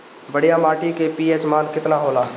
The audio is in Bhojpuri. बढ़िया माटी के पी.एच मान केतना होला?